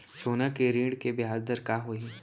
सोना के ऋण के ब्याज दर का होही?